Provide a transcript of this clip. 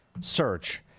Search